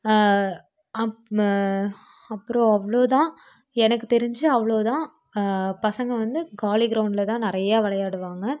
அப்பறம் அவ்வளோதான் எனக்கு தெரிஞ்சு அவ்வளோ தான் பசங்கள் வந்து காலி கிரௌண்டில் தான் நிறைய விளையாடுவாங்க